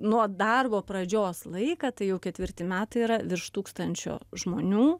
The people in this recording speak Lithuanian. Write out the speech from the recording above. nuo darbo pradžios laiką tai jau ketvirti metai yra virš tūkstančio žmonių